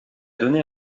donné